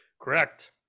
Correct